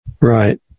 Right